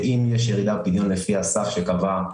ואם יש ירידה בפדיון לפי הסף שנקבע,